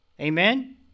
Amen